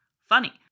funny